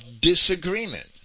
disagreement